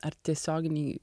ar tiesioginėj